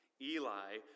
Eli